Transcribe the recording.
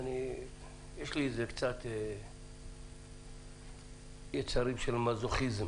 יש לי קצת יצרים של מזוכיזם